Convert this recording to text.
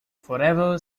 forever